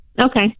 Okay